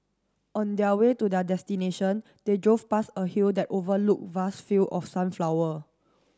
on their way to their destination they drove past a hill that overlooked vast field of sunflower